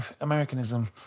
Americanism